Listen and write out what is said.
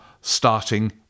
starting